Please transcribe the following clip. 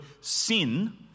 sin